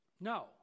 No